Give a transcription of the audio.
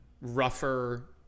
rougher